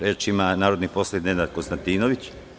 Reč ima narodni poslanik Nenad Konstantinović.